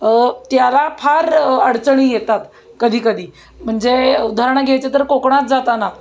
त्याला फार अडचणी येतात कधी कधी म्हणजे उदाहरणं घ्यायचं तर कोकणात जाताना